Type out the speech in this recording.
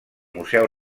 museu